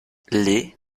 les